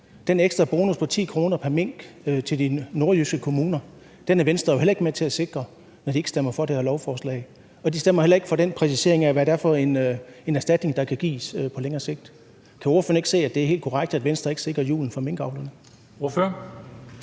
Den ekstra bonus på 10 kr. pr. mink til de nordjyske kommuner er Venstre jo heller ikke med til at sikre, når de ikke stemmer for det her lovforslag. Og de stemmer heller ikke for den præcisering af, hvilken erstatning der kan gives på længere sigt. Kan ordføreren ikke se, at det er helt korrekt, at Venstre ikke sikrer julen for minkavlerne?